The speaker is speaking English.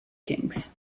kings